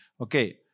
okay